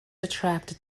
attracted